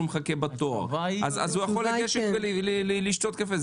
מחכה בתור אז הוא יכול לגשת ולקנות שם קפה?